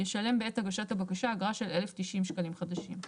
ישלם בעת הגשת הבקשה אגרה של 1,090 שקלים חדשים.